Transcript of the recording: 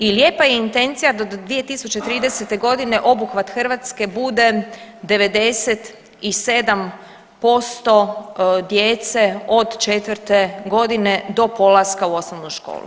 I lijepa je intencija da do 2030.g. obuhvat Hrvatske bude 97% djece od četvrte godine do polaska u osnovnu školu.